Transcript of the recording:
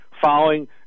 following